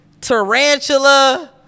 tarantula